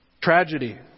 Tragedy